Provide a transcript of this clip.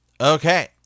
okay